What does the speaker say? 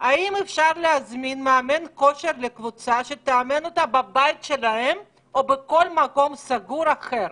האם אפשר להזמין מאמן כושר שיאמן קבוצה בבית שלה או בכל מקום סגור אחר?